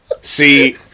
see